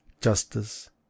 justice